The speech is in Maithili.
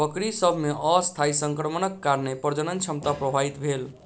बकरी सभ मे अस्थायी संक्रमणक कारणेँ प्रजनन क्षमता प्रभावित भेल